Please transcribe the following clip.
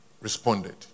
responded